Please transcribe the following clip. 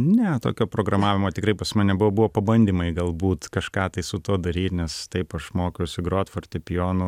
ne tokio programavimo tikrai pas mane buvo pabandymai galbūt kažką tai su tuo daryt nes taip aš mokiausi grot fortepijonu